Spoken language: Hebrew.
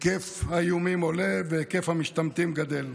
היקף האיומים עולה, והיקף המשתמטים גדל.